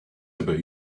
about